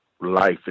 life